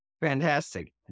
Fantastic